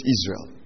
Israel